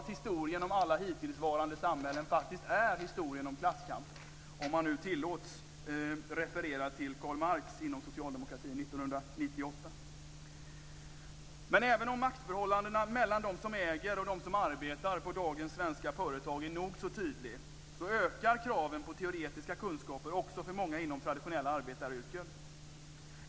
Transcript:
Historien om alla hittillsvarande samhällen är faktiskt historien om klasskampen, om man nu tillåts referera till Karl Även om maktförhållandena mellan de som äger och de som arbetar på dagens svenska företag är nog så tydlig, ökar kraven på teoretiska kunskaper också för många inom traditionella arbetaryrken.